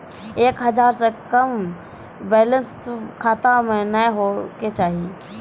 एक हजार से कम बैलेंस खाता मे नैय होय के चाही